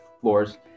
floors